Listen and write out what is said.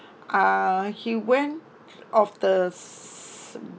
ah she went of the s~